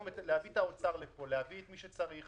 להביא את האוצר לפה, להביא את מי שצריך,